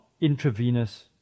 intravenous